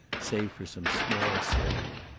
save for some small silver.